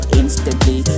instantly